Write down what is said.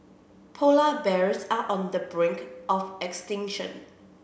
polar bears are on the brink of extinction